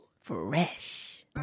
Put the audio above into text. Fresh